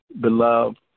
beloved